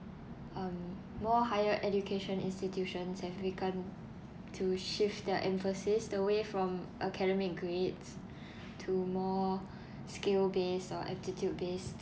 um more higher education institutions have begun to shift their emphasis away from academic grades to more skill based or attitude based